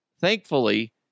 thankfully